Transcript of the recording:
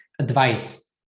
advice